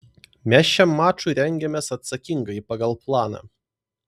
mes šiam mačui rengiamės atsakingai pagal planą